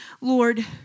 Lord